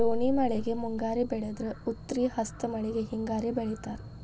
ರೋಣಿ ಮಳೆಗೆ ಮುಂಗಾರಿ ಬೆಳದ್ರ ಉತ್ರಿ ಹಸ್ತ್ ಮಳಿಗೆ ಹಿಂಗಾರಿ ಬೆಳಿತಾರ